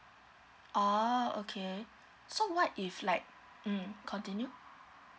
orh okay so what if like mm continue